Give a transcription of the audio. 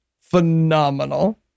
phenomenal